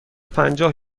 پنجاه